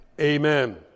amen